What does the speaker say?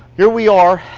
here we are.